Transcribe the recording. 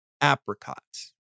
apricots